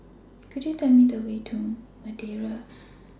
Could YOU Tell Me The Way to The Madeira